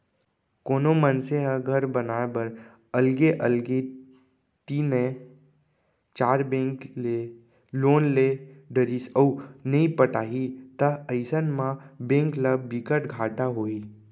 कोनो मनसे ह घर बनाए बर अलगे अलगे तीनए चार बेंक ले लोन ले डरिस अउ नइ पटाही त अइसन म बेंक ल बिकट घाटा होही